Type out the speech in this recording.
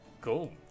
Cool